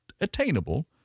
attainable